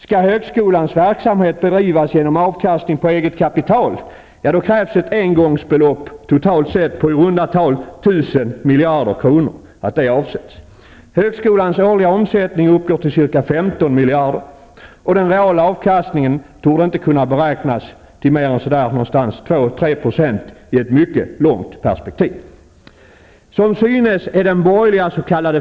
Skall högskolans verksamhet bedrivas genom avkastning på eget kapital, krävs att ett engångsbelopp på i runda tal 1 000 miljarder kronor avsätts. Högskolans årliga omsättning uppgår till ca 15 miljarder, och den reala avkastningen torde inte kunna beräknas till mer än 2--3 % i ett mycket långt perspektiv.